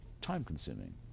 time-consuming